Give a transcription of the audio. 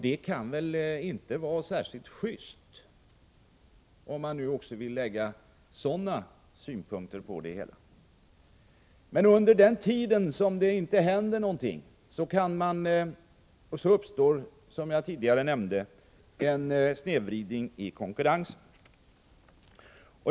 Det kan väl inte vara särskilt juste — om man nu också vill lägga moraliska synpunkter på det hela — och dessutom uppstår, som jag tidigare nämnt, en snedvridning i konkurrensen.